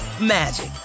magic